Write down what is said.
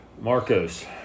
Marcos